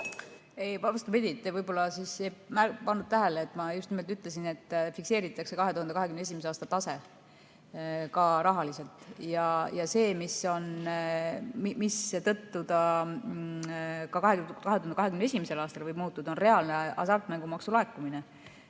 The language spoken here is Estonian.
Ei, vastupidi, te võib-olla ei pannud tähele, ma just nimelt ütlesin, et fikseeritakse 2021. aasta tase ka rahaliselt. See [põhjus], mistõttu ta ka 2021. aastal võib muutuda, on reaalne hasartmängumaksu laekumine,